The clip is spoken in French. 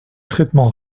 traitement